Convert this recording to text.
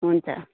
हुन्छ